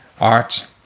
art